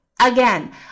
Again